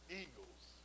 eagles